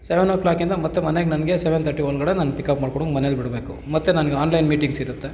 seven o ಕ್ಲಾಕಿಂದ ಮತ್ತೆ ಮನೆಗೆ ನನಗೆ ಸೆವೆನ್ ತರ್ಟಿ ಒಳಗಡೆ ನನ್ಗೆ ಪಿಕಪ್ ಮಾಡ್ಕೊಂಡು ಹೋಗ್ ಮನೇಲಿ ಬಿಡಬೇಕು ಮತ್ತೆ ನನ್ಗೆ ಆನ್ಲೈನ್ ಮೀಟಿಂಗ್ಸಿರುತ್ತೆ